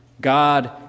God